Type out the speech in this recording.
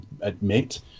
admit